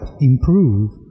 improve